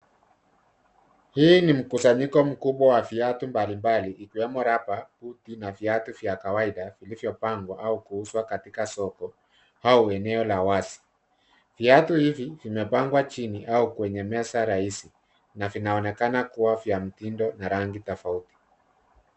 Hii ni mkusanyiko wa viatu mbalimbali ikiwemo rubber , buti na viatu vya kawaida vilio pangwa au kuuzwa katika soko au eneo la wazi. Viatu hivi vimepangwa kwenye meza rahisi na vinaonekana kuwa na mtindo na rangi tofauti.